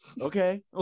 Okay